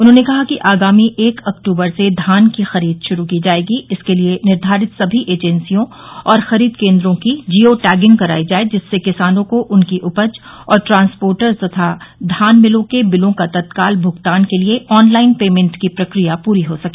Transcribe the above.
उन्होंने कहा कि आगामी एक अक्ट्बर से धान की खरीद श्रू की जायेगी इसके लिये निर्धारित समी एजेंसियों और खरीद केन्द्रों की जिओ टैंगिंग करायी जाये जिससे किसानों को उनकी उपज और ट्रांसपोटर्स तथा धान मिलों के बिलो का तत्काल भुगतान के लिये ऑन लाइन पेंमेट की प्रक्रिया पूरी हो सके